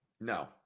no